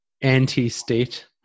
anti-state